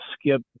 skip